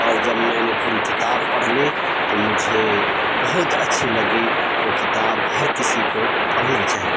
اور جب میں نے پوری کتاب پڑھ لی تو مجھے بہت اچھی لگی وہ کتاب ہر کسی کو پڑھنا چاہیے